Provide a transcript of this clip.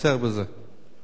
בסדר, אני מסכימה.